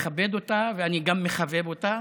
לכבד אותה ואני גם מחבב אותה.